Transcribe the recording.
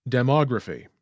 Demography